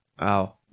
Wow